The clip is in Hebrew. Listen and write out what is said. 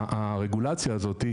הרגולציה הזאת,